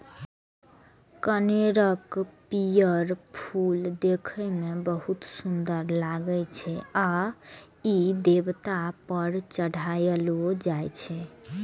कनेरक पीयर फूल देखै मे बहुत सुंदर लागै छै आ ई देवता पर चढ़ायलो जाइ छै